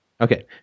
Okay